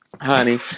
Honey